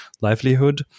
livelihood